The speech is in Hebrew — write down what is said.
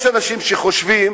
יש אנשים שחושבים